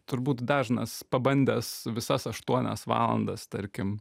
turbūt dažnas pabandęs visas aštuonias valandas tarkim